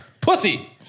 Pussy